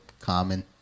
common